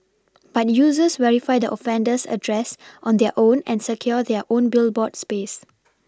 but users verify the offender's address on their own and secure their own Billboard space